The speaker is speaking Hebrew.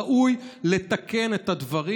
ראוי לתקן את הדברים.